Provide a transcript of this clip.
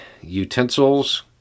utensils